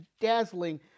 dazzling